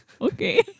Okay